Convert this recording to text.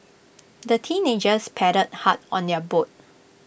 the teenagers paddled hard on their boat